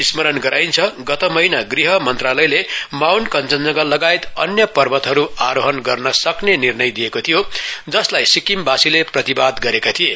स्मरण गराइन्छ गत महिना गृह मन्त्रालयले माउन्ट कञ्जनजंघा लगायत अन्य पर्वतहरू आरोहण गर्न सक्रे निर्णय दिएको थियो जसलाई सिक्किमवासीले प्रतिवाद गरेका थिए